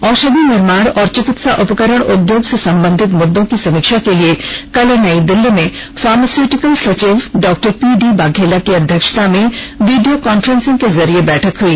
औषधि निर्माण और चिकित्सा उपकरण उद्योग से संबंधित मुद्दों की समीक्षा के लिए कल नई दिल्ली में फार्मास्युटिकल सचिव डॉक्टर पीडी वाघेला की अध्यक्षता में वीडियो कॉन्फ्रेंसिग के जरिए बैठक हुई